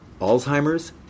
Alzheimer's